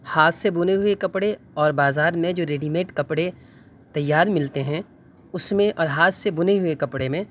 ہاتھ سے بنے ہوئے کپڑے اور بازار میں جو ریڈی میڈ کپڑے تیار ملتے ہیں اس میں اور ہاتھ سے بنے ہوئے کپڑے میں